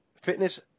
fitness